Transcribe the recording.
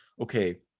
okay